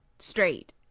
straight